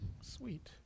sweet